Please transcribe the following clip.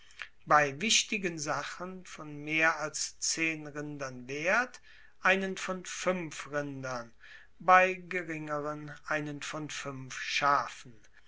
bei wichtigen sachen von mehr als zehn rindern wert einen von fuenf rindern bei geringeren einen von fuenf schafen